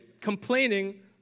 complaining